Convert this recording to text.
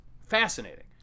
fascinating